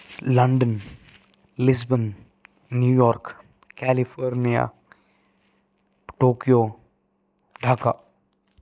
London Lisbon New York California Tokyo Dhaka